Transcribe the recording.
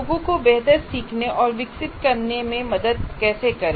लोगों को बेहतर सीखने और विकसित करने में मदद कैसे करें